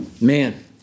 man